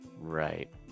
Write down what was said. Right